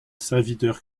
serviteur